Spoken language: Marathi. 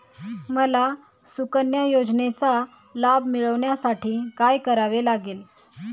मला सुकन्या योजनेचा लाभ मिळवण्यासाठी काय करावे लागेल?